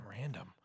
random